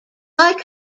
like